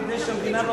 כדי שהמדינה לא